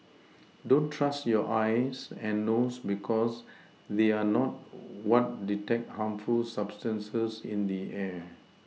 don't trust your eyes and nose because they are not what detect harmful substances in the air